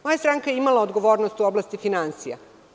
Moja stranka je imala odgovornost u oblasti finansija.